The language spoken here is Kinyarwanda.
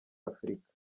afurika